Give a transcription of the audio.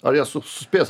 ar jie sus spės